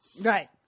Right